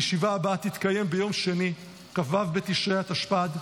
הישיבה הבאה תתקיים ביום שני כ"ו בתשרי התשפ"ד,